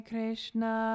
Krishna